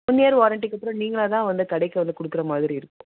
one year வாரண்டிக்கு அப்புறம் நீங்களாக தான் வந்து கடைக்கு வந்து கொடுக்குற மாதிரி இருக்கும்